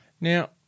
Now